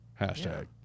Hashtag